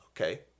Okay